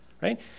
Right